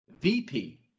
VP